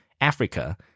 Africa